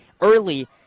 Early